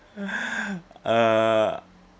uh